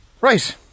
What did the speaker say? Right